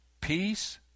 peace